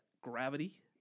gravity